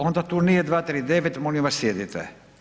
Onda tu nije 239., molim vas sjedite.